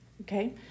Okay